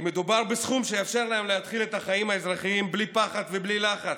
מדובר בסכום שיאפשר להם להתחיל את החיים האזרחיים בלי פחד ובלי לחץ,